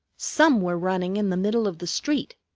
some were running in the middle of the street.